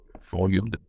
volume